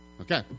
Okay